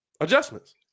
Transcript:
Adjustments